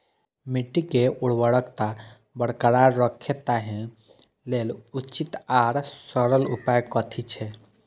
मिट्टी के उर्वरकता बरकरार रहे ताहि लेल उचित आर सरल उपाय कथी छे?